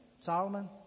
Solomon